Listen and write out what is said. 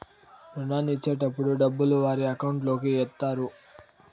రుణాన్ని ఇచ్చేటటప్పుడు డబ్బులు వారి అకౌంట్ లోకి ఎత్తారు